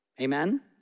Amen